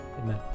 amen